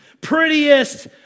prettiest